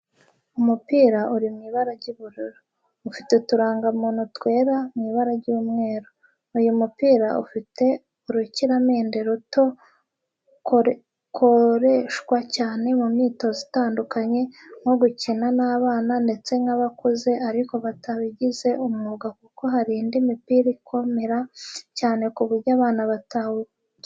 Umupira uri mu ibara ry'ubururu. Ufite uturangamunwa twera mu ibara ry'umweru. Uyu mupira ufite urukiramende ruto, koreshwa cyane mu myitozo itandukanye, nko gukina n’abana ndetse nk'abakuze ariko batabigize umwuga kuko hari indi mipira ikomera cyane ku buryo abana batawukina.